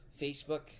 Facebook